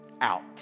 Out